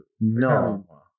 No